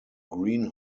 green